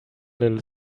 little